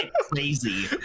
crazy